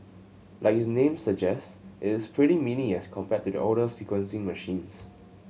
like its name suggests it is pretty mini as compared to the older sequencing machines